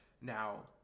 Now